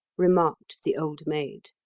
remarked the old maid.